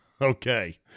Okay